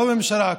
לא ממשלה,